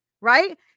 Right